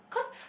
cause